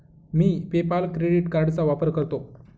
मी PayPal credit कार्डचा वापर करतो